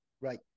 Right